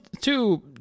two